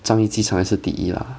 樟宜机场还是第一啦